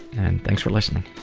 and thanks for listening